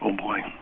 ah boy.